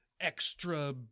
extra